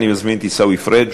אני מזמין את עיסאווי פריג'